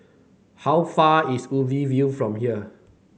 how far is Ubi View from here